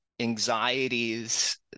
anxieties